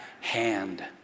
hand